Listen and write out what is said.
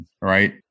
right